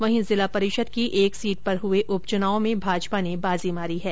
वहीं जिला परिषद की एक सीट पर हुए उप चुनाव में भाजपा ने बाजी मारी है